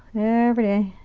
everyday.